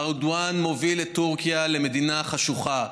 ארדואן מוביל את טורקיה להיות מדינה חשוכה.